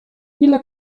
ile